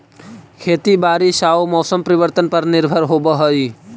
खेती बारिश आऊ मौसम परिवर्तन पर निर्भर होव हई